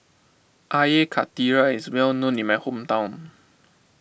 Air Karthira is well known in my hometown